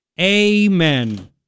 Amen